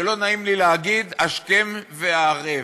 שלא נעים לי להגיד השכם והערב,